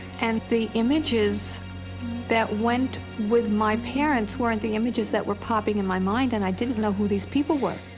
and the images that went with my parents weren't the images that were popping in my mind. and i didn't know who these people were.